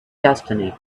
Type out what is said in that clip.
destiny